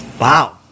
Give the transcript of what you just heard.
Wow